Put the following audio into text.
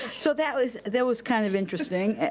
so that was that was kind of interesting.